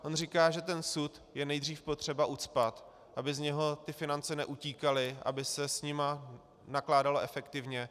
On říká, že ten sud je nejdříve potřeba ucpat, aby z něho ty finance neutíkaly, aby se s nimi nakládalo efektivně.